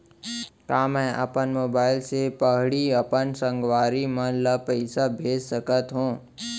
का मैं अपन मोबाइल से पड़ही अपन संगवारी मन ल पइसा भेज सकत हो?